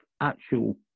actual